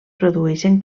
produeixen